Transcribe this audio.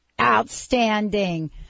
Outstanding